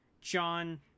John